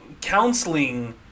counseling